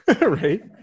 right